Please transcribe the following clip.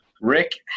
Rick